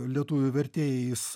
lietuvių vertėjais